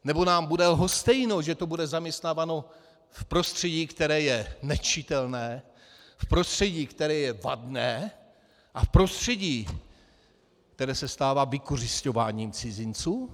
Nebo nám bude lhostejné, že tu bude zaměstnáváno v prostředí, které je nečitelné, v prostředí, které je vadné, a v prostředí, které se stává vykořisťováním cizinců?